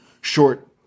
short